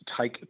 take